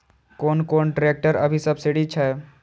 कोन कोन ट्रेक्टर अभी सब्सीडी छै?